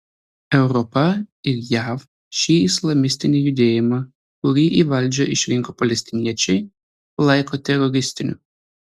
europa ir jav šį islamistinį judėjimą kurį į valdžią išsirinko palestiniečiai laiko teroristiniu